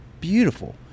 beautiful